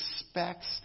expects